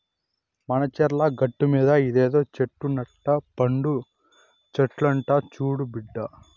మన చర్ల గట్టుమీద ఇదేదో చెట్టు నట్ట పండు చెట్లంట చూడు బిడ్డా